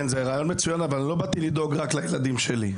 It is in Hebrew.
זה רעיון מצוין אבל לא באתי לדאוג רק לילדים שלי.